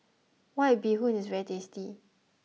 white bee hoon is very tasty